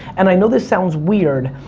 and i know this sounds weird.